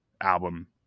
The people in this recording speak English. album